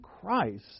Christ